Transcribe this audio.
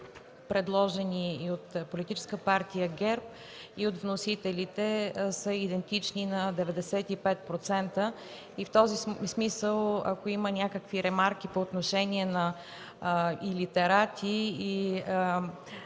предложени и от Политическа партия ГЕРБ, и от вносителите са идентични на 95%. В този смисъл, ако има някакви ремарки по отношение на илитерации